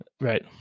Right